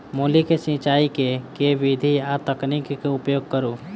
मूली केँ सिचाई केँ के विधि आ तकनीक केँ उपयोग करू?